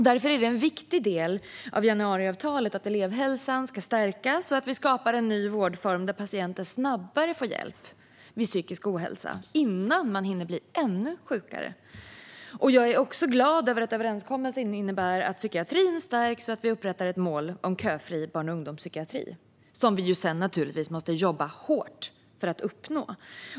Därför är det en viktig del av januariavtalet att elevhälsan ska stärkas och att vi skapar en ny vårdform där patienter snabbare får hjälp vid psykisk ohälsa, innan de hinner bli ännu sjukare. Jag är glad över att överenskommelsen innebär att psykiatrin stärks och att vi upprättar ett mål om köfri barn och ungdomspsykiatri, som vi sedan naturligtvis måste jobba hårt för att uppnå.